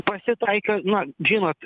pasitaiko na žinot